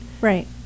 Right